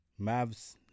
Mavs